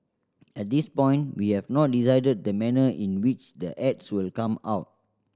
at this point we have not decided the manner in which the ads will come out